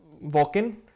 walk-in